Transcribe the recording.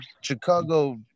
Chicago